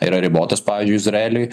yra ribotos pavyzdžiui izraeliui